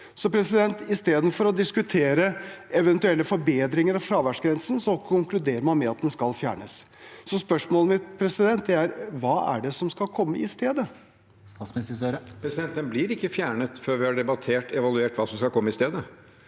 Så istedenfor å diskutere eventuelle forbedringer av fraværsgrensen konkluderer man med at den skal fjernes. Så spørsmålet mitt er: Hva er det som skal komme i stedet? Statsminister Jonas Gahr Støre Den blir ikke fjernet før vi har debattert og evaluert hva som skal komme i stedet.